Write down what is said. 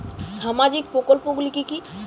সামাজিক প্রকল্প গুলি কি কি?